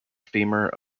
femur